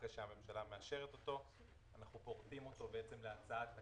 אחרי שהממשלה מאשרת אותו אנחנו פורטים אותו להצעת תקציב,